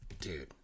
Dude